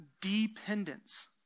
dependence